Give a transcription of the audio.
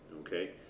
Okay